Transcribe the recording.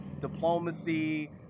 diplomacy